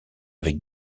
avec